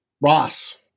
Ross